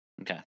Okay